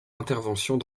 interventions